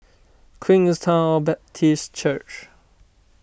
Queenstown Baptist Church